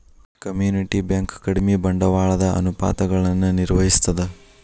community bank ಕಡಿಮಿ ಬಂಡವಾಳದ ಅನುಪಾತಗಳನ್ನ ನಿರ್ವಹಿಸ್ತದ